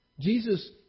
Jesus